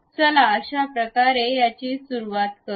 चला अशाप्रकारे याची सुरूवात करूया